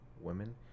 women